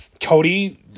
Cody